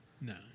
No